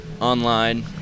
online